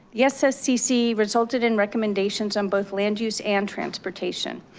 the sscc resulted in recommendations on both land use and transportation.